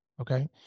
okay